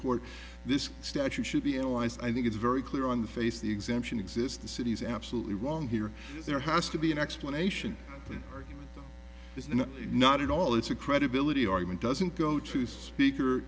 court this statute should be analyzed i think it's very clear on the face the exemption exists the city's absolutely wrong here there has to be an explanation for this and not at all it's a credibility argument doesn't go to speaker